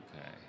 okay